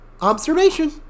observation